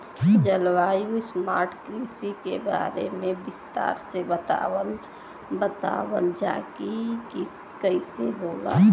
जलवायु स्मार्ट कृषि के बारे में विस्तार से बतावल जाकि कइसे होला?